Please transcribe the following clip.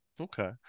Okay